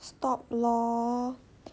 stop lor